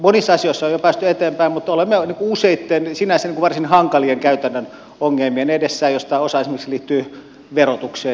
monissa asioissa on jo päästy eteenpäin mutta olemme useitten sinänsä varsin hankalien käytännön ongelmien edessä joista osa esimerkiksi liittyy verotukseen